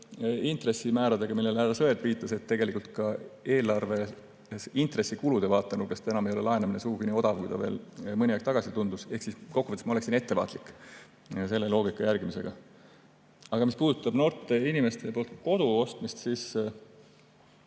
intressimääradega, millele härra Sõerd viitas, et tegelikult ka eelarve intressikulude vaatenurgast ei ole laenamine enam sugugi nii odav, kui see veel mõni aeg tagasi tundus. Kokkuvõttes ma oleksin ettevaatlik selle loogika järgimisega. Aga mis puudutab noorte inimeste kodu ostmist, siis